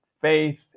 faith